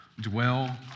dwell